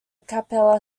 cappella